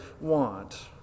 want